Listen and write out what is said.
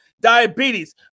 diabetes